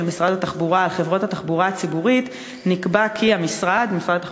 משרד התחבורה על חברות התחבורה הציבורית ב-9 במאי 2012,